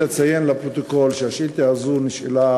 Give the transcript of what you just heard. לציין לפרוטוקול שהשאילתה הזו נשאלה